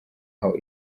aho